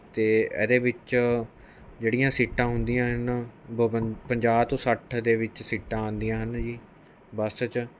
ਤੇ ਇਹਦੇ ਵਿੱਚ ਜਿਹੜੀਆਂ ਸੀਟਾਂ ਹੁੰਦੀਆਂ ਹਨ ਬਵੰ ਪੰਜਾਹ ਤੋਂ ਸੱਠ ਦੇ ਵਿੱਚ ਸੀਟਾਂ ਆਉਂਦੀਆਂ ਹਨ ਜੀ ਬੱਸ ਚ